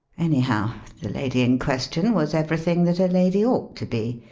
anyhow the lady in question was everything that a lady ought to be.